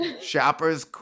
Shoppers